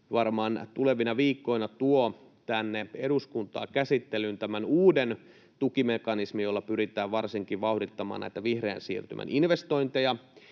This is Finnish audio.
varmaan tulevina viikkoina tuo tänne eduskuntaan käsittelyyn tämän uuden tukimekanismin, jolla pyritään varsinkin vauhdittamaan näitä vihreän siirtymän investointeja